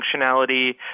functionality